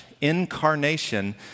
incarnation